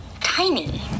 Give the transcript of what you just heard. Tiny